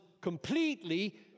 completely